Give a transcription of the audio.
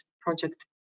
project